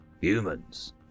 Humans